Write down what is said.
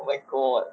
oh my god